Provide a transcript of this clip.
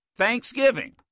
Thanksgiving